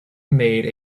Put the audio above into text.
made